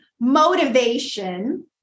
Motivation